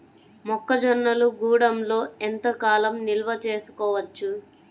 మొక్క జొన్నలు గూడంలో ఎంత కాలం నిల్వ చేసుకోవచ్చు?